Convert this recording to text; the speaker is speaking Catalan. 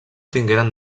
tingueren